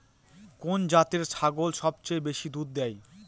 কোন জাতের ছাগল সবচেয়ে বেশি দুধ দেয়?